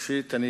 ראשית אני